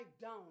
down